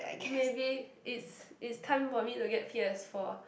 maybe it's it's time for me to get P-S-four